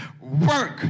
work